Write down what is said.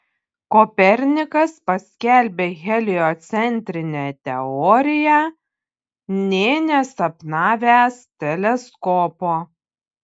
kopernikas paskelbė heliocentrinę teoriją nė nesapnavęs teleskopo